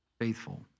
faithful